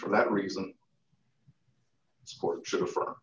for that reason scorcher for